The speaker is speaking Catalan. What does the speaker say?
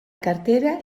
cartera